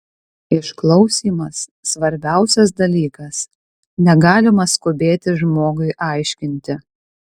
išklausymas svarbiausias dalykas negalima skubėti žmogui aiškinti